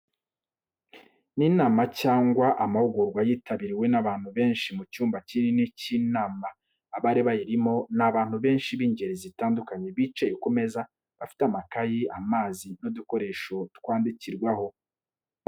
Ni inama cyangwa amahugurwa yitabiriwe n’abantu benshi mu cyumba kinini cy’inama. abari bayirimo: ni abantu benshi b'ingeri zitandukanye bicaye ku meza bafite amakaye, amazi, n’udukoresho twandikirwaho.